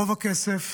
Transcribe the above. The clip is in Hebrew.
רוב הכסף